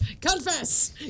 Confess